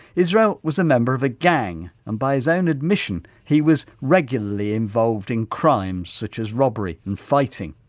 israel was a member of a gang and by his own admission he was regularly involved in crimes, such as robbery and fighting.